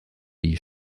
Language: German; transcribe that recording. die